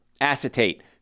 acetate